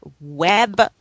web